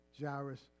Jairus